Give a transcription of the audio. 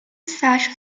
sash